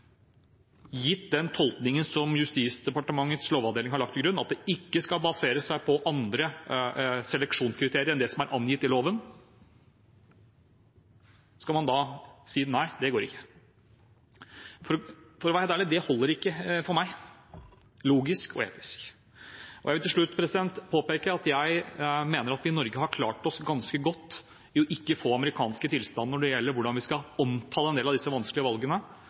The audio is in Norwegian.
gitt den tolkningen som Justisdepartementets lovavdeling har lagt til grunn, at det ikke skal basere seg på andre seleksjonskriterier enn det som er angitt i loven. Skal man da si at nei, det går ikke? For å være helt ærlig: Det holder ikke for meg, logisk og etisk. Jeg vil til slutt påpeke at jeg mener at vi i Norge har klart oss ganske godt med hensyn til ikke å få amerikanske tilstander når det gjelder hvordan vi skal omtale en del av disse vanskelige valgene.